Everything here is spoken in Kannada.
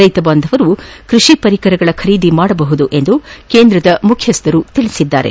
ರೈತ ಬಾಂಧವರು ಕೃಷಿ ಪರಿಕರಗಳ ಖರೀದಿ ಮಾಡಬಹುದಾಗಿದೆ ಎಂದು ಕೇಂದ್ರದ ಮುಖ್ಯಸ್ವರು ತಿಳಿಸಿದ್ದಾರೆ